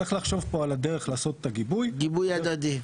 צריך לחשוב פה על הדרך לעשות גיבוי הדדי.